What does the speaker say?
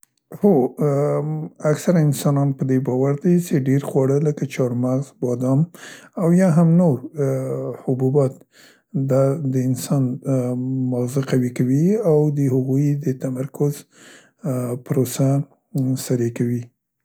هو، ام، اکثره انسانان په دې باور دي څې ډیر خواړه لکه چارمغز، بادام او یا هم نور حبوبات ده د انسان ماغزه قوي کوي او د هغوی د تمرکز پروسه سریع کوي.